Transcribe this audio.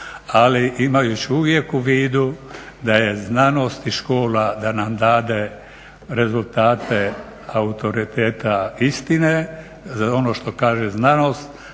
ali imajući uvijek u vidu da je znanost i škola, da nam dade rezultate autoriteta istine. Ono što kaže znanost,